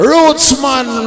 Rootsman